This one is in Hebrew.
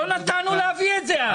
לא נתנו להביא את זה אז.